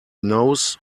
nose